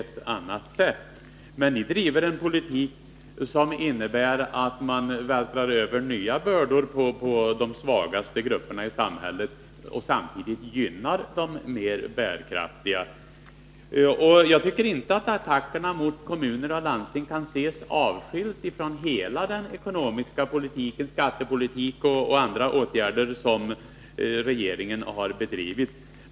Men ni driver en politik som innebär att ni vältrar över nya bördor på de svagaste grupperna i samhället och samtidigt gynnar de mer bärkraftiga. Jag tycker att attackerna mot kommuner och landsting inte kan ses avskilda från hela den ekonomiska politik och skattepolitik som regeringen har bedrivit samt andra åtgärder som har vidtagits.